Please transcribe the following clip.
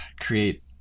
create